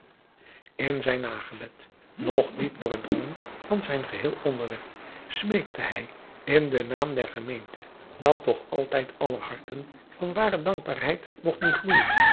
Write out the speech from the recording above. n zijn nagebed nog diep doordrongen van zijn geheel onderwerp smeekte hij in den naam der gemeente dat toch altijd aller harten van ware dankbaarheid mogten gloeijen